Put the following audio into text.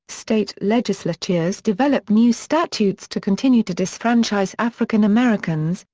state legislatures developed new statutes to continue to disfranchise african americans,